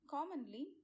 Commonly